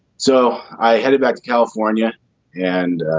so i headed back to california and